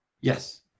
yes